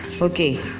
Okay